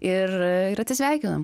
ir ir atsisveikinom